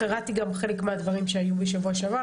קראתי גם חלק מהדברים שהיו בשבוע שעבר,